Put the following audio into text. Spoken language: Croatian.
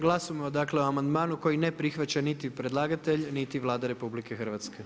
Glasujemo dakle o amandmanu koji ne prihvaća niti predlagatelj niti Vlada RH.